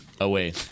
away